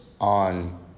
on